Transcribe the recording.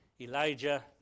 Elijah